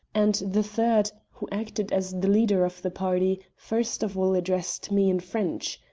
and the third, who acted as the leader of the party, first of all addressed me in french.